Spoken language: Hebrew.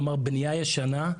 כלומר בנייה ישנה,